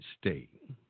state